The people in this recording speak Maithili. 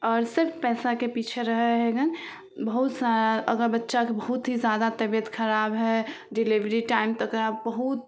आओर सिर्फ पइसाके पिछे रहै हइ गन बहुत सारा अगर बच्चाके बहुत ही जादा तबियत खराब हइ डिलिवरी टाइम तऽ ओकरा बहुत